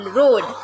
road